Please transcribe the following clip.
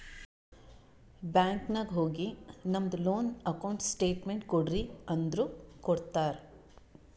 bank ನಾಗ್ ಹೋಗಿ ನಮ್ದು ಲೋನ್ ಅಕೌಂಟ್ ಸ್ಟೇಟ್ಮೆಂಟ್ ಕೋಡ್ರಿ ಅಂದುರ್ ಕೊಡ್ತಾರ್